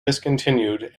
discontinued